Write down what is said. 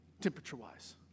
temperature-wise